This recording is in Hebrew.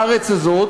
בארץ הזאת,